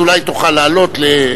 אז אולי תוכל לעלות.